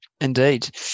Indeed